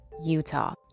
Utah